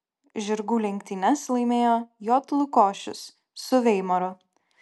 žirgų lenktynes laimėjo j lukošius su veimaru